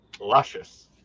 luscious